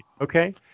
okay